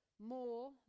more